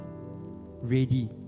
ready